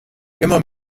immer